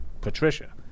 Patricia